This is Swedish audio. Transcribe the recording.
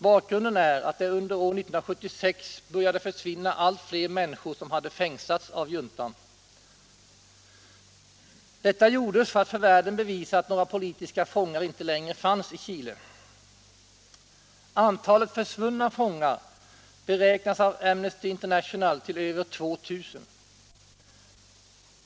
Bakgrunden är att under år 1976 började allt fler människor som hade fängslats av juntan försvinna. De försvann för att juntan för världen skulle kunna bevisa att några politiska fångar inte längre fanns i Chile. Antalet försvunna fångar beräknas av Amnesty International till över 2 000.